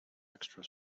extra